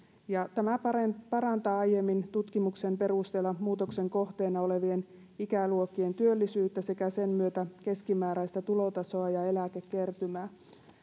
tämä parantaa aiemmin tutkimuksen perusteella muutoksen kohteena olevien ikäluokkien työllisyyttä sekä sen myötä keskimääräistä tulotasoa ja eläkekertymää